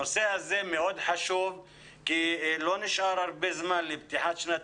הנושא הזה חשוב מאוד כי לא נשאר הרבה זמן לפתיחת שנת